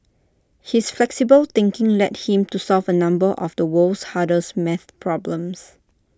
his flexible thinking led him to solve A number of the world's harder math problems